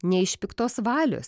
ne iš piktos valios